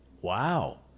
Wow